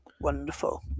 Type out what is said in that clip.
wonderful